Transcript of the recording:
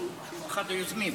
אחד היוזמים.